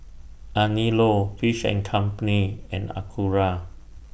Anello Fish and Company and Acura